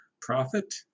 profit